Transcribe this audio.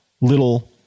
little